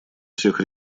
всех